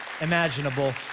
imaginable